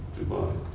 Dubai